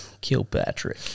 Kilpatrick